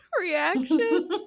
reaction